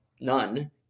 None